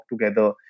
together